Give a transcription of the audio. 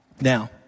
Now